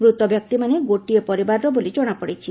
ମୃତ ବ୍ୟକ୍ତିମାନେ ଗୋଟିଏ ପରିବାରର ବୋଲି ଜଣାପଡ଼ିଛି